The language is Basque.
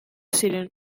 ziren